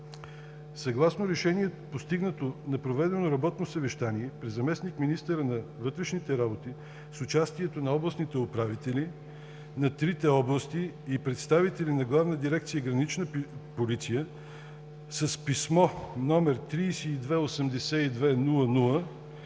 Съгласно решение, постигнато на проведено работно съвещание при заместник-министъра на вътрешните работи с участието на областните управители на трите области и представители на Главна дирекция „Гранична полиция“, с писмо № 328200-18149